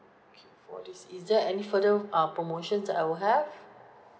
okay for this is there any further uh promotions that I will have